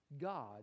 God